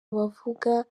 bavuga